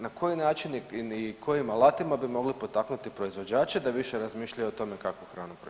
Na koji način i kojim alatima bi mogli potaknuti proizvođače da više razmišljaju o tome kakvu hranu proizvode?